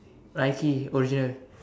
Nike original